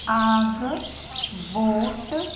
आगबोट